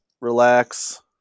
relax